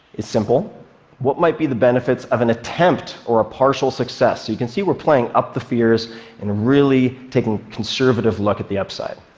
is simple what might be the benefits of an attempt or a partial success? you can see we're playing up the fears and really taking a conservative look at the upside.